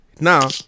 now